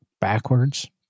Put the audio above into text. backwards